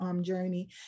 journey